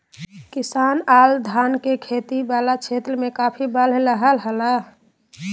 किसान आर धान के खेती वला क्षेत्र मे काफी बढ़ रहल हल